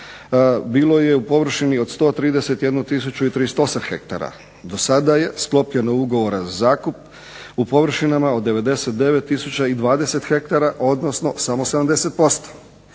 bilo je u površini od 131 tisuću i 038 hektara. Dosada je sklopljeno ugovora za zakup u površinama od 99 tisuća i 020 hektara, odnosno samo 70%.